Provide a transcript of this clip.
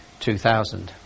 2000